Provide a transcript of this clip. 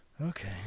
Okay